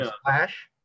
Splash